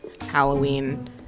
Halloween